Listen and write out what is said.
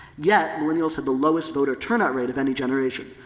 yet, millennials had the lowest voter turnout rate of any generation,